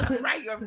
Right